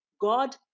God